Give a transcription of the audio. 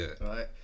right